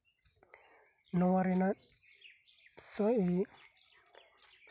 ᱱᱚᱶᱟ ᱨᱮᱱᱟᱜ ᱥᱚᱭ ᱦᱳᱭᱳᱜ